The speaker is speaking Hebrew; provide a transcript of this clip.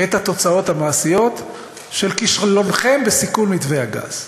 את התוצאות המעשיות של כישלונכם בסיכול מתווה הגז.